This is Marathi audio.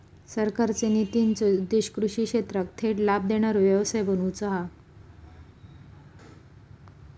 सरकारचे नितींचो उद्देश्य कृषि क्षेत्राक थेट लाभ देणारो व्यवसाय बनवुचा हा